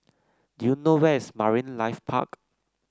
do you know where is Marine Life Park